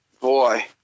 boy